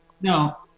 No